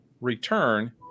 return